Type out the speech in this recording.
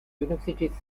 universities